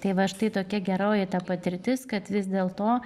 tai va štai tokia geroji ta patirtis kad vis dėlto